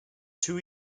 two